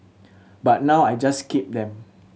but now I just keep them